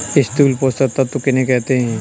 स्थूल पोषक तत्व किन्हें कहते हैं?